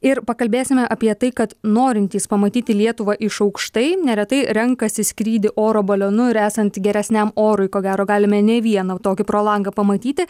ir pakalbėsime apie tai kad norintys pamatyti lietuvą iš aukštai neretai renkasi skrydį oro balionu ir esant geresniam orui ko gero galime ne vieną tokį pro langą pamatyti